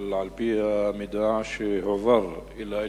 אבל על-פי המידע שהועבר אלי,